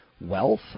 wealth